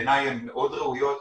בעיניי הן מאוד ראויות,